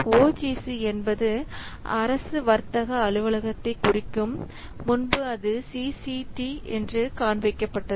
ஓ G C என்பது அரசு வர்த்தக அலுவலகத்தை குறிக்கும் முன்பு அது சிசிடி என்று காண்பிக்கப்பட்டது